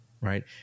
right